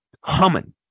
humming